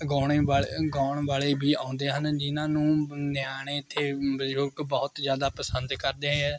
ਗਾਉਣੇ ਬਲ਼ ਗਾਉਣ ਵਾਲੇ ਵੀ ਆਉਂਦੇ ਹਨ ਜਿਨ੍ਹਾਂ ਨੂੰ ਨਿਆਣੇ ਇੱਥੇ ਬਜ਼ੁਰਗ ਬਹੁਤ ਜ਼ਿਆਦਾ ਪਸੰਦ ਕਰਦੇ ਹੈ